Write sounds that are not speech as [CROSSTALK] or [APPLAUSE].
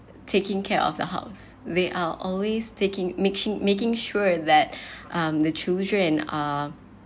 taking care of the house they're always taking making making sure that [BREATH] um the children uh